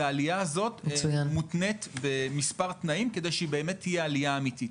והעלייה הזאת מותנית במספר תנאים כדי שהיא תהיה עלייה אמיתית.